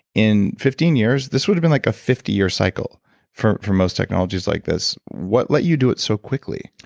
in fifteen years? this would have been like a fifty year cycle for for most technologies like this. what let you do it so quickly?